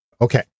Okay